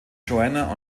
joanna